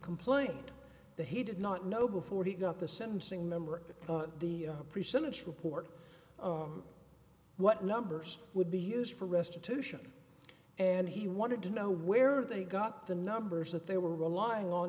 complaining that he did not know before he got the sentencing member that the pre sentence report what numbers would be used for restitution and he wanted to know where they got the numbers that they were relying on